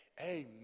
Amen